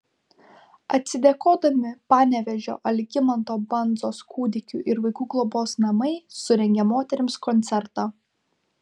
atsidėkodami panevėžio algimanto bandzos kūdikių ir vaikų globos namai surengė moterims koncertą